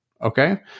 Okay